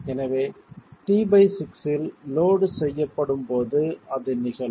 எனவே t6 இல் load செயல்படும் போது அது நிகழும்